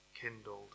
kindled